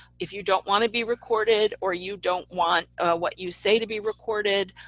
if you don't want to be recorded or you don't want what you say to be recorded,